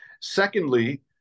Secondly